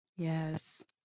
Yes